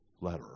letter